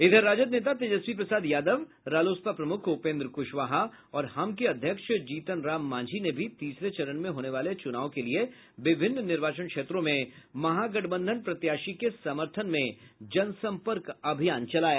इधर राजद नेता तेजस्वी प्रसाद यादव रालोसपा प्रमुख उपेन्द्र कुशवाहा और हम के अध्यक्ष जीतनराम मांझी ने भी तीसरे चरण में होने वाले चुनाव के लिए विभिन्न निर्वाचन क्षेत्रों में महागठबंधन प्रत्याशी के समर्थन में जनसम्पर्क अभियान चलाया